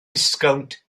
disgownt